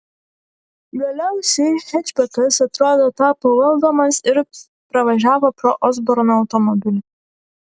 galiausiai hečbekas atrodo tapo valdomas ir pravažiavo pro osborno automobilį